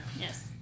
Yes